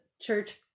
church